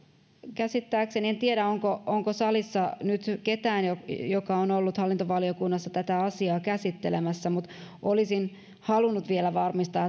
en tiedä onko onko salissa nyt ketään joka on ollut hallintovaliokunnassa tätä asiaa käsittelemässä mutta olisin halunnut vielä varmistaa